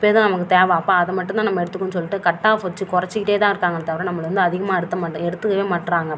நமக்கு தேவை அப்போ அதை மட்டும் தான் எடுத்துக்கணும்னு சொல்லிட்டு கட் ஆஃப் வச்சு குறச்சிகிட்டே தான் இருக்காங்களே தவிர நம்மளை வந்து அதிகமாக எடுத்த எடுத்துக்கவே மாட்டுறாங்க